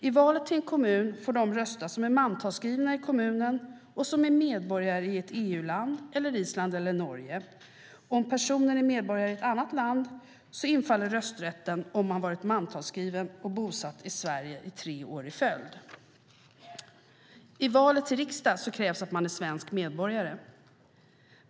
I valet till kommun får de rösta som är mantalsskrivna i kommunen och medborgare i ett EU-land eller Island eller Norge. Om personen är medborgare i ett annat land infaller rösträtten om man varit mantalsskriven och bosatt i Sverige tre år i följd. I valet till riksdagen krävs att man är svensk medborgare.